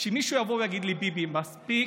שמישהו יבוא ויגיד לביבי: מספיק,